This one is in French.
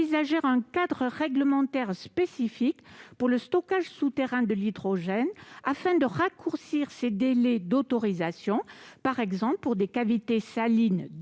un cadre réglementaire spécifique pour le stockage souterrain de l'hydrogène, afin de raccourcir ces délais d'autorisation, pour des cavités salines déjà